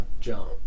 jump